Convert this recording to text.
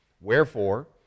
Wherefore